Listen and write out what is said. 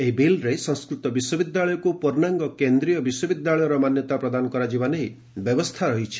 ଏହି ବିଲ୍ରେ ସଂସ୍କୃତ ବିଶ୍ୱବିଦ୍ୟାଳୟକୁ ପୂର୍ଣ୍ଣାଙ୍ଗ କେନ୍ଦ୍ରୀୟ ବିଶ୍ୱବିଦ୍ୟାଳୟର ମାନ୍ୟତା ପ୍ରଦାନ କରାଯିବା ନେଇ ବ୍ୟବସ୍ଥା ରହିଛି